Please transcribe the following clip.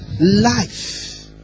Life